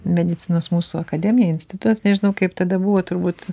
medicinos mūsų akademija institutas nežinau kaip tada buvo turbūt